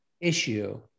issue